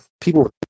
people